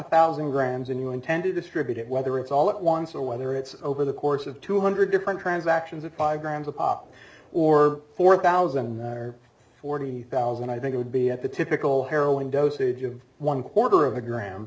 thousand grams and you intend to distribute it whether it's all at once or whether it's over the course of two hundred different transactions or five grams of pop or four thousand or forty thousand i think it would be at the typical harrowing dosage of one quarter of